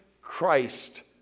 Christ